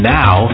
now